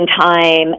time